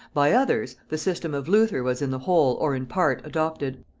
by others, the system of luther was in the whole or in part adopted.